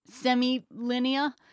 semi-linear